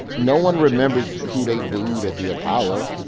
no one remembers who they booed at the apollo